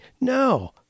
no